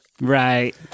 Right